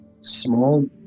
small